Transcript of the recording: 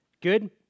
Good